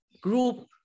group